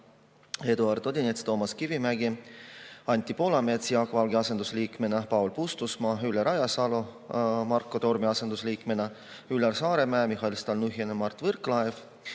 Eduard Odinets, Toomas Kivimägi, Anti Poolamets Jaak Valge asendusliikmena, Paul Puustusmaa, Ülle Rajasalu Marko Tormi asendusliikmena, Üllar Saaremäe, Mihhail Stalnuhhin ja Mart Võrklaev.